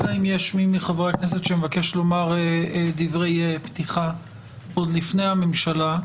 אלא אם יש מי מחברי הכנסת שמבקש לומר דברי פתיחה עוד לפני הממשלה,